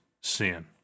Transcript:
sin